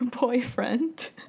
Boyfriend